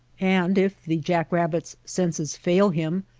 and if the jack-rabbif s senses fail him,